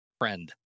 friend